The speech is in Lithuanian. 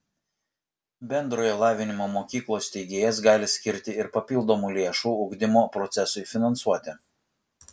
bendrojo lavinimo mokyklos steigėjas gali skirti ir papildomų lėšų ugdymo procesui finansuoti